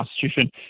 Constitution